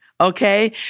Okay